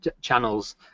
channels